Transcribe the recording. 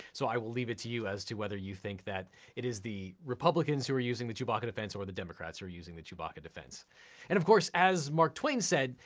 so i will leave it to you as to whether you think that it is the republicans who are using the chewbacca defense or the democrats who are using the chewbacca defense. and of course, as mark twain said,